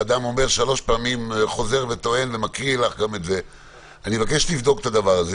ואדם חוזר שלוש פעמים ומקריא לך את זה - אני מבקש לבדוק את זה.